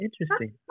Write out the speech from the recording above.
Interesting